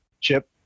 CHIP